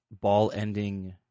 ball-ending